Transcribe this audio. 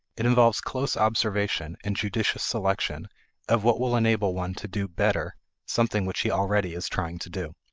it involves close observation, and judicious selection of what will enable one to do better something which he already is trying to do.